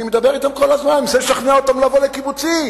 אני מדבר אתם כל הזמן ומנסה לשכנע אותם לבוא לקיבוצים.